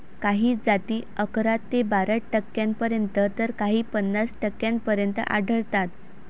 काही जाती अकरा ते बारा टक्क्यांपर्यंत तर काही पन्नास टक्क्यांपर्यंत आढळतात